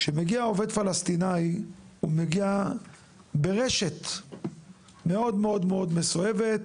כשמגיע עובד פלסטינאי הוא מגיע ברשת מאוד מאוד מסועפת,